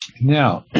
Now